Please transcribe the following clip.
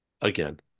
again